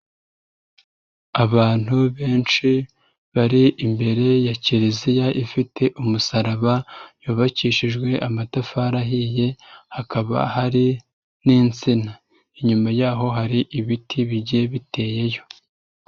Abantu benshi bari imbere ya kiliziya ifite umusaraba, yubakishijwe amatafari ahiye hakaba hari n'insina. Inyuma yaho hari ibiti bigiye biteyeyo.